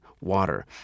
water